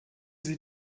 sie